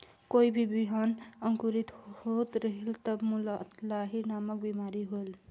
कोई भी बिहान अंकुरित होत रेहेल तब ओमा लाही नामक बिमारी होयल?